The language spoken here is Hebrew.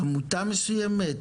עמותה מסוימת?